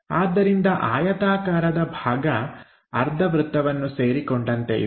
ಆದ್ದರಿಂದ ಆಯತಾಕಾರದ ಭಾಗ ಅರ್ಧ ವೃತ್ತವನ್ನು ಸೇರಿಕೊಂಡಂತೆ ಇದೆ